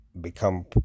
become